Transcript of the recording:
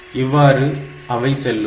இவ்வாறு அவை செல்லும்